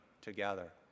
together